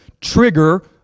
trigger